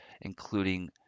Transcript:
including